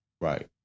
right